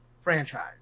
franchise